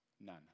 None